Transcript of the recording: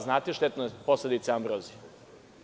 Znate štetne posledice ambrozije.